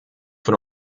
von